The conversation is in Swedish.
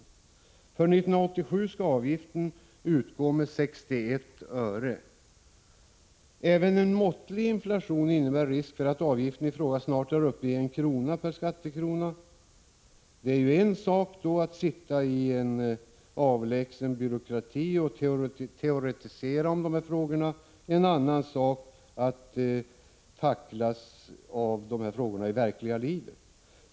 För 129 1987 skall avgiften utgå med 61 öre. Även en måttlig inflation innebär risk för att avgiften i fråga snart är uppe i en krona per skattekrona. Det är en sak att sitta i en avlägsen byråkrati och teoretisera om dessa frågor men en annan att tackla dem i det verkliga livet.